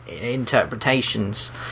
interpretations